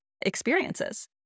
experiences